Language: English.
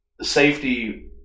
safety